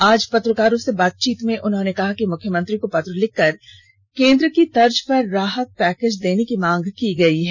आज पत्रकारों से बातचीत करते हुए उन्होंने कहा कि मुख्यमंत्री को पत्र लिखकर केंद्र की तर्ज पर राहत पैकेज देने की मांग की गई है